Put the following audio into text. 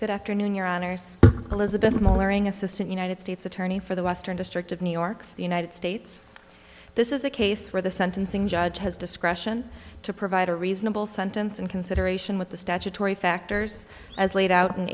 good afternoon your honor elizabeth assistant united states attorney for the western district of new york the united states this is a case where the sentencing judge has discretion to provide a reasonable sentence in consideration with the statutory factors as laid out